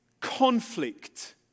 conflict